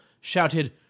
shouted